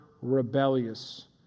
rebellious